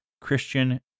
Christian